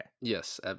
Yes